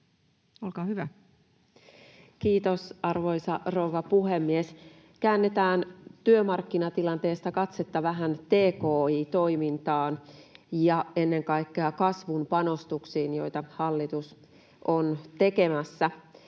olkaa hyvä. Kiitos, arvoisa rouva puhemies! Käännetään työmarkkinatilanteesta katsetta vähän tki-toimintaan ja ennen kaikkea kasvun panostuksiin, joita hallitus on tekemässä.